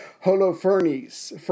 Holofernes